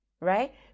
right